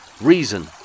reason